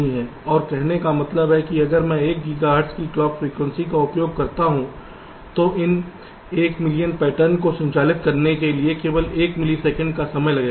और कहने का मतलब है कि अगर मैं 1 गीगाहर्ट्ज़ की क्लॉक फ्रीक्वेंसी का उपयोग करता हूं तो इन 1 मिलियन पैटर्न को संचालित करने के लिए केवल 1 मिलीसेकंड का समय लगेगा